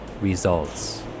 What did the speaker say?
results